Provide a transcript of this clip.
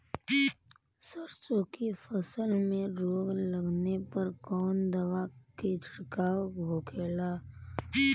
सरसों की फसल में रोग लगने पर कौन दवा के छिड़काव होखेला?